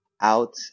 out